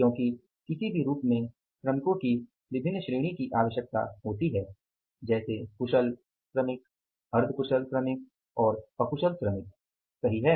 क्योंकि किसी भी रूप में श्रमिकों की विभिन्न श्रेणी की आवश्यकता होती है जैसे कुशल श्रमिक अर्ध कुशल श्रमिक और अकुशल श्रमिक सही है